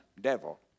devil